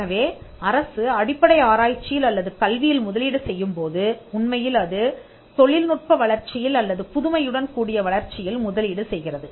எனவே அரசு அடிப்படை ஆராய்ச்சியில் அல்லது கல்வியில் முதலீடு செய்யும் போது உண்மையில் அது தொழில்நுட்ப வளர்ச்சியில் அல்லது புதுமையுடன் கூடிய வளர்ச்சியில் முதலீடு செய்கிறது